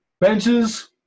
Benches